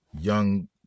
young